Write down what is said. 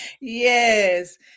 Yes